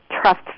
trust